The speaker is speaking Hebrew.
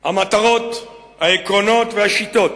"המטרות, העקרונות והשיטות